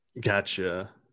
gotcha